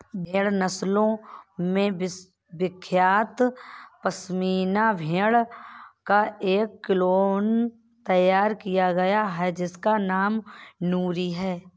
भेड़ नस्लों में विख्यात पश्मीना भेड़ का एक क्लोन तैयार किया गया है जिसका नाम नूरी है